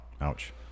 Ouch